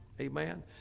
Amen